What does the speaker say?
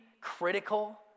critical